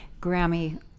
Grammy